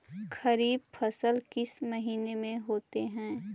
खरिफ फसल किस महीने में होते हैं?